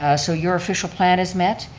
ah so your official plan is met.